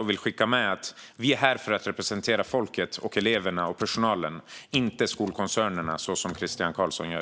Jag vill skicka med att vi är här för att representera folket, eleverna och personalen, inte skolkoncernerna, som Christian Carlsson gör.